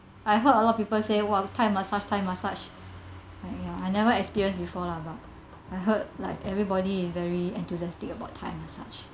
I heard a lot of people say what thai massage thai massage like ya I've never experienced before lah but I heard like everybody is very enthusiastic about thai massage